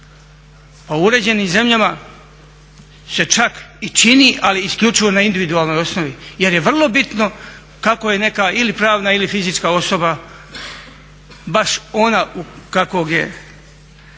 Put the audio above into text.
Pa u uređenim zemljama se čak i čini, ali isključivo na individualnoj osnovi, jer je vrlo bitno kako je neka ili pravna ili fizička osoba baš ona kakvog je